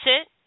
sit